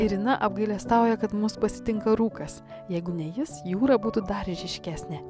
irina apgailestauja kad mus pasitinka rūkas jeigu ne jis jūra būtų dar ryškesnė